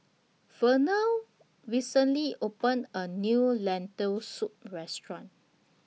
Vernal recently opened A New Lentil Soup Restaurant